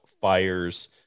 fires